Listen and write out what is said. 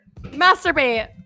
masturbate